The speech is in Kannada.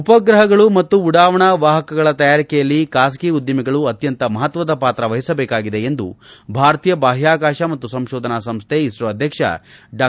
ಉಪ್ರಹಗಳು ಮತ್ತು ಉಡಾವಣಾ ವಾಹಕಗಳ ತಯಾರಿಕೆಯಲ್ಲಿ ಖಾಸಗಿ ಉದ್ದಿಮೆಗಳು ಅತ್ಯಂತ ಮಹತ್ವದ ಪಾತ್ರ ವಹಿಸಬೇಕಿದೆ ಎಂದು ಭಾರತೀಯ ಬಾಹ್ಲಾಕಾಶ ಮತ್ತು ಸಂಶೋಧನಾ ಸಂಸ್ಥೆ ಇಸ್ತೋ ಅಧ್ಯಕ್ಷ ಡಾ